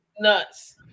nuts